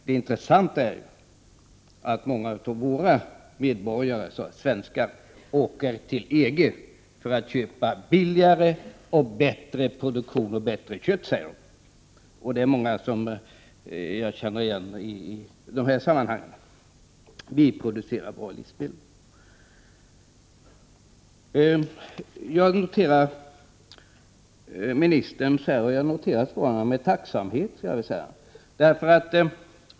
Det intressanta är ju att många svenska medborgare åker till EG-länder för att köpa billigare och bättre produkter, och bättre kött — säger de. Det är många sådana uttalanden som jag känner igen i de här sammanhangen. Men vi producerar alltså bra livsmedel. Jag noterar Mats Hellströms svar med tacksamhet.